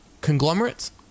conglomerates